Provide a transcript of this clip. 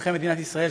אזרחי מדינת ישראל,